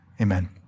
Amen